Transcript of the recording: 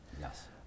Yes